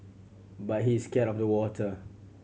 but he is scared of the water